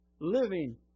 Living